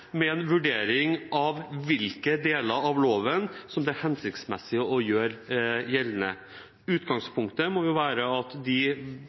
med en vurdering av hvilke deler av loven det er hensiktsmessig å gjøre gjeldende. Utgangspunktet må være at